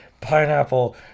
pineapple